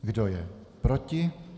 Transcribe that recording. Kdo je proti?